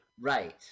right